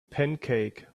pancake